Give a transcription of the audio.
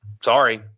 sorry